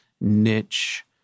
niche